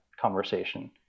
conversation